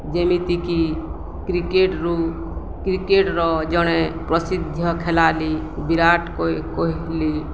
ଯେମିତିକି କ୍ରିକେଟ୍ରୁ କ୍ରିକେଟ୍ର ଜଣେ ପ୍ରସିଦ୍ଧ ଖେଳାଳୀ ବିରାଟ କୋହଲି